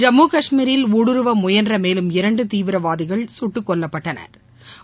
ஜம்மு காஷ்மீரில் ஊடுருவ முயன்ற மேலும் இரண்டு தீவிரவாதிகள் குட்டுக்கொல்லப்பட்டனா்